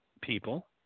people